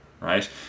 right